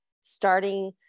starting